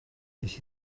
wnes